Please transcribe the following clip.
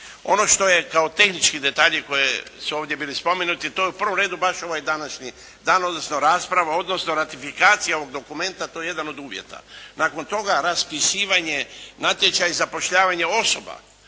Ono što je kao tehnički detalj i koji su ovdje bili spomenuti, to je u prvom redu baš ovaj današnji dan, odnosno rasprava, odnosno ratifikacija ovog dokumenta, to je jedan od uvjeta. Nakon toga raspisivanje natječaj, zapošljavanje osoba,